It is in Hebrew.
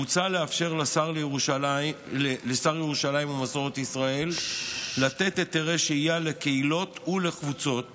מוצע לאפשר לשר לירושלים ומסורת ישראל לתת היתרי שהייה לקהילות ולקבוצות